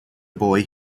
boy